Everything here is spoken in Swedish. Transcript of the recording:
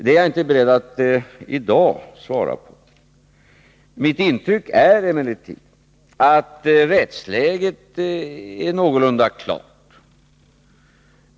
Den frågan är jag i dag inte beredd att svara på. Mitt intryck är emellertid att rättsläget är någorlunda klart.